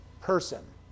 person